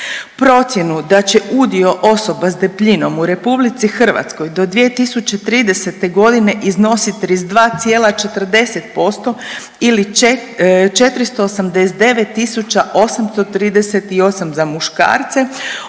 Procjenu da će udio osoba s debljinom u RH do 2030.g. iznosit 32,40% ili 489.838 za muškarce